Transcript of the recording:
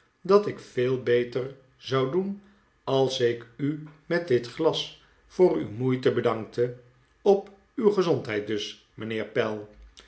dat ik veel beter zou doen als ik u met dit glas voor uw moeite dfe welle r's ontvangen hun erfenis bedarikte op uw gezondheid dus mijnheer pell